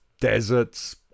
deserts